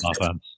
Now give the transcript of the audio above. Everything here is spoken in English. offense